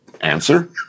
Answer